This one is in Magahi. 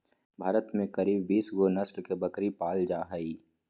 भारतवर्ष में करीब बीस गो नस्ल के बकरी पाल जा हइ